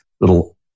little